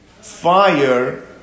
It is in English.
fire